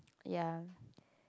ya